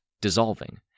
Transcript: dissolving